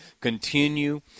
continue